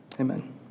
Amen